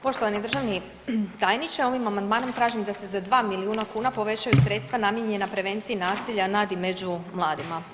Poštovani državni tajniče, ovim amandmanom tražim da se za 2 milijuna kuna povećaju sredstva namijenjena prevenciji nasilja nad i među mladima.